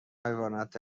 حیواناتی